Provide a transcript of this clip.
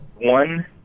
One